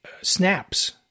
snaps